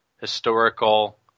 historical